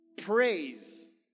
Praise